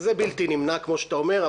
זה בלתי נמנע, כמו שאתה אומר.